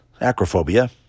acrophobia